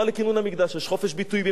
יש חופש ביטוי במדינת ישראל,